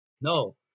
No